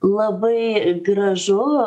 labai gražu